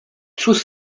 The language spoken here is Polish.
cóż